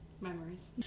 memories